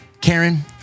Karen